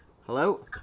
Hello